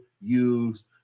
use